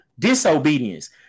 disobedience